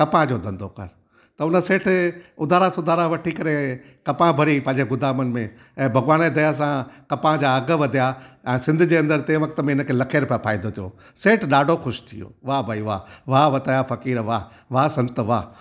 कपां जो धंधो कर त हुन सेठ उधारा सुधारा वठी करे कपां भरी पंहिंजे गोदामनि में ऐं भगवान जी दया सां कपां जा अघि वधिया ऐं सिंध जे अंदरि तंहिं वक़्त में हिनखे लखे रूपया फ़ाइदो थियो सेठ ॾाढो ख़ुशि थी वियो वाह भई वाह वाह वताया फ़कीर वाह संत वाह